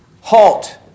halt